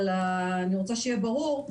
אבל אני רוצה שיהיה ברור,